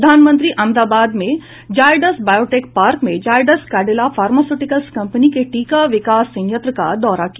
प्रधानमंत्री अहमदाबाद में Zydus biotech park में जायडस काडिला फार्मास्यूटिकल्स कम्पनी के टीका विकास संयंत्र का दौरा किया